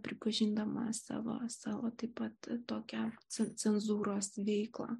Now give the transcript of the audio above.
pripažindama savo savo taip pat tokią cen cenzūros veiklą